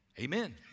amen